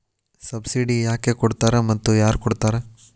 Subsidy ಯಾಕೆ ಕೊಡ್ತಾರ ಮತ್ತು ಯಾರ್ ಕೊಡ್ತಾರ್?